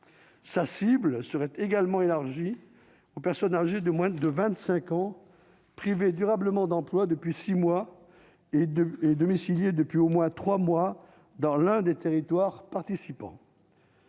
sa cible seraient également élargi aux personnes âgées de moins de 25 ans priver durablement d'emploi depuis 6 mois et de et domicilié depuis au moins 3 mois dans l'un des territoires participants.